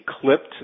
clipped